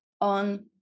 on